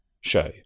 show